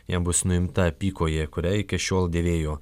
jam bus nuimta apykojė kurią iki šiol dėvėjo